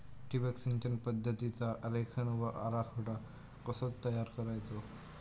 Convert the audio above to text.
ठिबक सिंचन पद्धतीचा आरेखन व आराखडो कसो तयार करायचो?